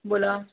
बोला